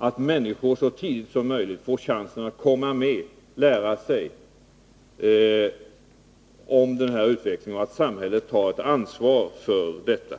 är att människor så tidigt som möjligt får chansen att komma med i diskussionen om den här utvecklingen och att samhället har ett ansvar för detta.